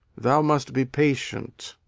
thou must be patient.